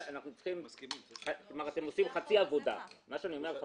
אני אומר לכם,